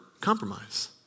compromise